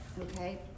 okay